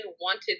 wanted